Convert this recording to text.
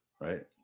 Right